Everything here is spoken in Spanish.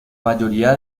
mayoría